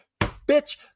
Bitch